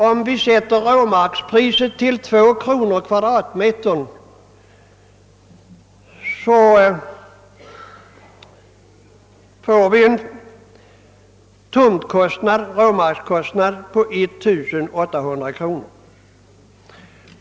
Om vi sätter råmarkspriset till 2 kronor per kvm, så får vi en råmarkskostnad på 1800 kronor.